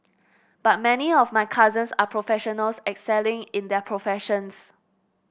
but many of my cousins are professionals excelling in their professions